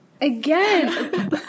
Again